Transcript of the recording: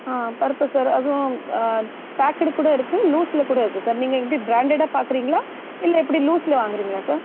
ஆ பருப்பு சார் அதுவும் பேக்டு கூட இருக்கு லூஸில் கூட இருக்கு சார் நீங்கள் எப்படி ப்ரான்டடாக பார்க்குறீங்களா இல்லை இப்படி லூஸ்ல வாங்குறீங்களா சார்